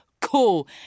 cool